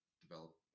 develop